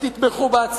שתתמכו בה.